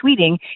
tweeting